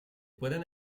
pueden